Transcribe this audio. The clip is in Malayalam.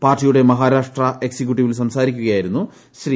പാർട്ടിയുടെ മഹാരാഷ്ട്ര ഏക്സിക്യുട്ടിവീൽ സംസാരിക്കുകയായിരുന്നു ശ്രീ